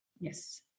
Yes